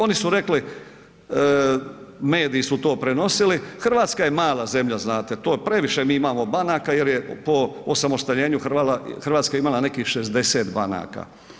Oni su rekli, mediji su to prenosili, Hrvatska je mala zemlja, znate, previše mi imamo banaka jer je po osamostaljenju Hrvatske, imala nekih 60 banaka.